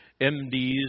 MDs